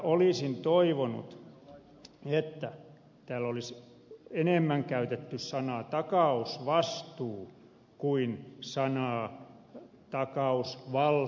olisin toivonut että täällä olisi enemmän käytetty sanaa takausvastuu kuin sanaa takausvaltuus